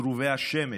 צרובי השמש,